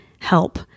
help